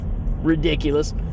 ridiculous